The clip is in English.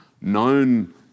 known